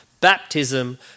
baptism